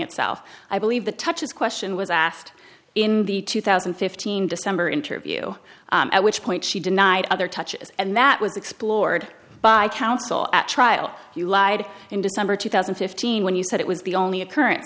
itself i believe the touches question was asked in the two thousand and fifteen december interview at which point she denied other touches and that was explored by counsel at trial you lied in december two thousand and fifteen when you said it was the only occurrence